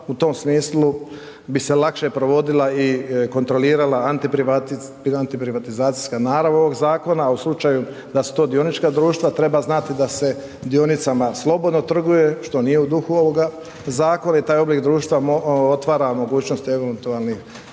u tom smislu bi se lakše provodila i kontrolirala antiprivatizacijska narav ovog zakona, a u slučaju da su to dionička društva treba znati da se dionicama slobodno trguje, što nije u duhu ovoga zakona i taj oblik društva otvara mogućnost eventualnih zlouporaba